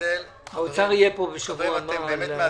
האוצר יהיה פה בשבוע הבא.